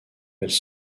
elles